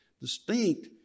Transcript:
distinct